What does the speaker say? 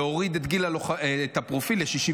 להוריד את הפרופיל ל-64.